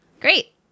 Great